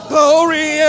Glory